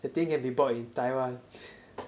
the thing can be bought in taiwan